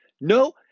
No